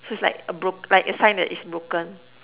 so it's like a broke like a sign that it's broken